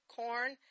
corn